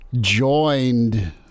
joined